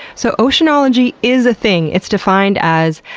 so, oceanology is a thing. it's defined as,